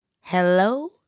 Hello